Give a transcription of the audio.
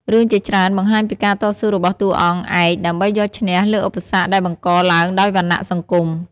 រឿងជាច្រើនបង្ហាញពីការតស៊ូរបស់តួអង្គឯកដើម្បីយកឈ្នះលើឧបសគ្គដែលបង្កឡើងដោយវណ្ណៈសង្គម។